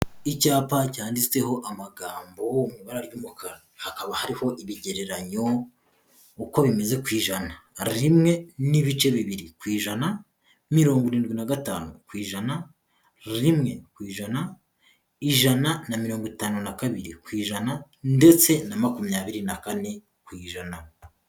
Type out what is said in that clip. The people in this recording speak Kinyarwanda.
Icyapa cyanditseho amagambo mu ibara ry'umukara. Hakaba hariho ibigereranyo uko bimeze ku ijana. Rimwe n'ibice bibiri ku ijana, mirongo irindwi na gatanu ku ijana, rimwe ku ijana, ijana na mirongo itanu na kabiri ku ijana, ndetse na makumyabiri na kane ku ijana.